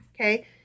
Okay